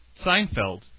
Seinfeld